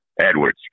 Edwards